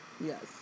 Yes